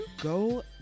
go